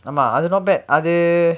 ஆமா அது:aamaa athu not bad அது:athu